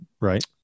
Right